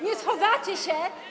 Nie schowacie się.